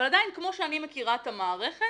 אבל עדיין כמו שאני מכירה את המערכת,